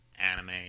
anime